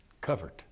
Covered